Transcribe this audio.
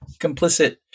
complicit